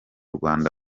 rwanda